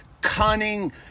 cunning